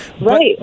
Right